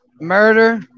Murder